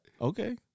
Okay